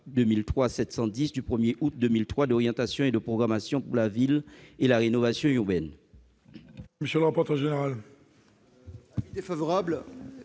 loi du 1 août 2003 d'orientation et de programmation pour la ville et la rénovation urbaine.